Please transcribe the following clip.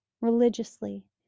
religiously